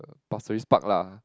pasir-ris Park lah